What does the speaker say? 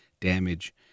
damage